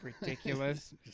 ridiculous